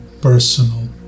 personal